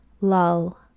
lull